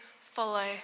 follow